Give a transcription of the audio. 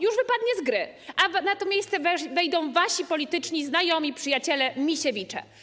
Już wypadnie z gry, a na to miejsce wejdą wasi polityczni znajomi, przyjaciele, Misiewicze.